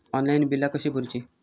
Online बिला कशी भरूची?